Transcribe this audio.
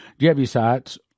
Jebusites